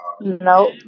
Nope